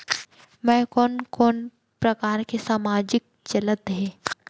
मैं कोन कोन प्रकार के सामाजिक चलत हे?